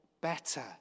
better